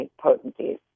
potencies